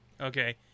Okay